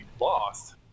lost